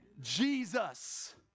Jesus